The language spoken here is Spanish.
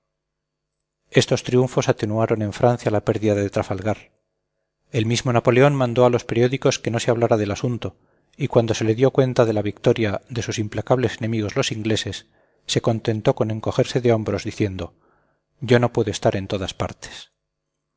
estos triunfos atenuaron en francia la pérdida de trafalgar el mismo napoleón mandó a los periódicos que no se hablara del asunto y cuando se le dio cuenta de la victoria de sus implacables enemigos los ingleses se contentó con encogerse de hombros diciendo yo no puedo estar en todas partes